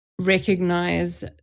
recognize